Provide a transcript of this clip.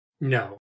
No